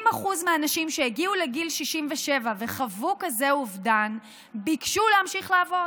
70% מהאנשים שהגיעו לגיל 67 וחוו כזה אובדן ביקשו להמשיך לעבוד,